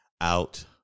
out